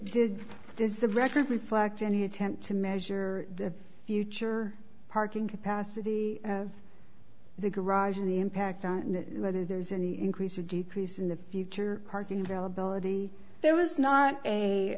did does the record reflect any attempt to measure the future parking capacity of the garage and the impact on whether there's any increase or decrease in the future parking availability there was not a